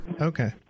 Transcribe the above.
Okay